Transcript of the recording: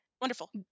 wonderful